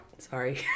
Sorry